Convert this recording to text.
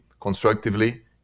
constructively